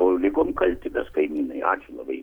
o likom kalti mes kaimynai ačiū labai